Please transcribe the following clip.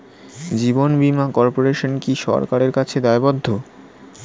জীবন বীমা কর্পোরেশন কি সরকারের কাছে দায়বদ্ধ?